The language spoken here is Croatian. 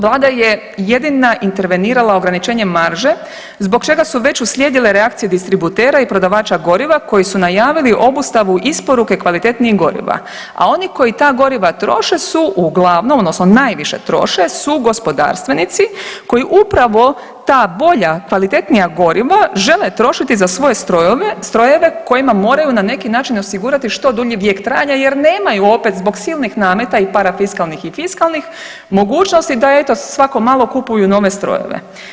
Vlada je jedina intervenirala ograničenjem marže zbog čega su već uslijedile reakcije distributera i prodavača goriva koji su najavili obustavu isporuke kvalitetnijeg goriva a oni koji ta goriva troše su uglavnom, odnosno najviše troše su gospodarstvenici koji upravo ta bolja, kvalitetnija goriva žele trošiti za svoje strojeve kojima moraju na neki način osigurati što dulji vijek trajanja jer nemaju opet zbog silnih nameta i parafiskalnih i fiskalnih mogućnosti eto svako malo kupuju nove strojeve.